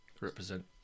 represent